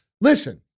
Listen